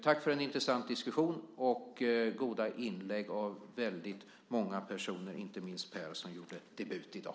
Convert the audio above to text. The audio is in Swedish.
Tack för en intressant diskussion och goda inlägg av väldigt många personer, inte minst Per som gjorde debut i dag.